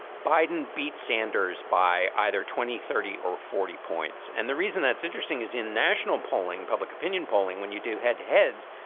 biden beat sanders by either twenty, thirty or forty points. and the reason that's interesting is in national polling, public opinion polling, when you do head heads,